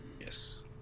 Yes